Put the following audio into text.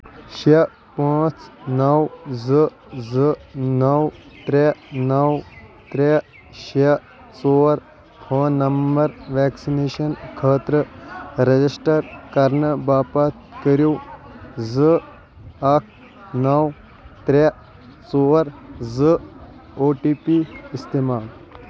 شٚے پانٛژھ نو زٕ زٕ نو ترٛےٚ نو ترٛےٚ شٚے ژور فون نمبر ویکسِنیشن خٲطرٕ رجسٹر کرنہٕ باپتھ کٔرِو زٕ اکھ نو ترٛےٚ ژور زٕ او ٹی پی استعمال